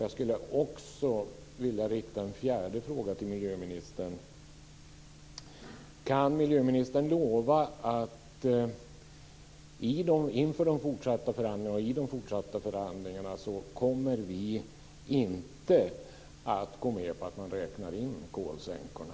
Jag skulle också vilja rikta en fjärde fråga till miljöministern: Kan miljöministern lova att vi inför och i de fortsatta förhandlingarna inte kommer att gå med på att man räknar in kolsänkorna?